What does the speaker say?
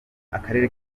akarere